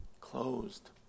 Closed